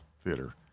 Theater